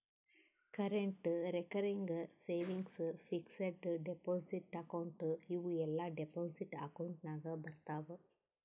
current, recurring, savings, fixed deposit account ಇವೂ ಎಲ್ಲಾ deposit account ನಾಗ್ ಬರ್ತಾವ್